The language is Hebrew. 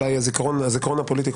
אולי הזיכרון הפוליטי,